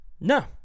No